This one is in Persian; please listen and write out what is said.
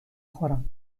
خورم